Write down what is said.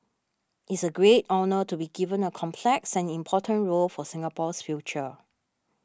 it's a great honour to be given a complex and important role for Singapore's future